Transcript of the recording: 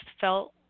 felt